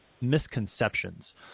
misconceptions